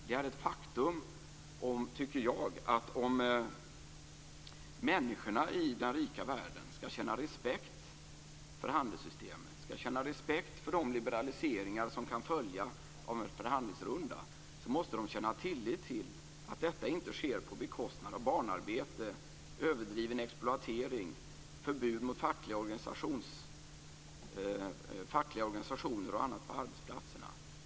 Det är ett faktum, tycker jag, att om människorna i den rika världen skall känna respekt för handelssystemet och för de liberaliseringar som kan följa av en förhandlingsrunda, måste de känna tillit till att det inte sker på bekostnad av barnarbete, överdriven exploatering, förbud mot fackliga organisationer och annat på arbetsplatserna.